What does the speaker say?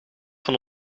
van